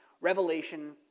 Revelation